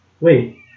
Wait